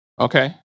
Okay